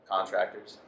contractors